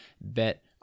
Bet